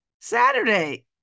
Saturday